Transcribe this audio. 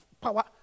power